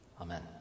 Amen